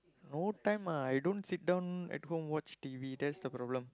no time ah I don't sit down at home watch T_V that's the problem